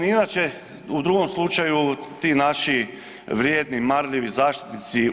I inače u drugom slučaju ti naši vrijedni, marljivi zaštitnici u